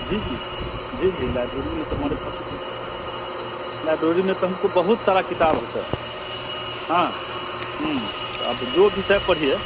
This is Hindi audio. जी जी जी जी लाइब्रेरी में तो हमारे लाइब्रोरी में तो हमको बहुत सारा किताब है सर हाँ तो आप जो विषय पढ़िए